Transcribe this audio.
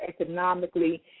economically